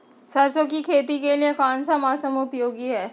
सरसो की खेती के लिए कौन सा मौसम उपयोगी है?